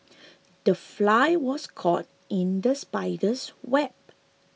the fly was caught in the spider's web